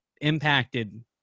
impacted